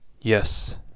Yes